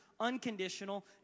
unconditional